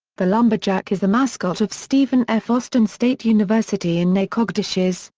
the lumberjack is the mascot of stephen f. austin state university in nacogdoches,